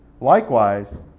Likewise